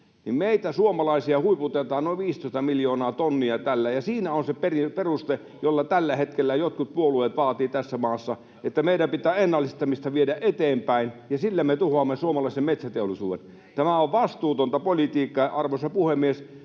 Meitä suomalaisia huiputetaan noin 15 miljoonaa tonnia tällä, ja siinä on se peruste, jolla tällä hetkellä jotkut puolueet vaativat tässä maassa, että meidän pitää ennallistamista viedä eteenpäin, ja sillä me tuhoamme suomalaisen metsäteollisuuden. Tämä on vastuutonta politiikkaa. Arvoisa puhemies!